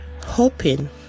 hoping